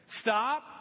Stop